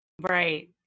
Right